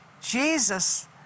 Jesus